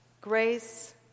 grace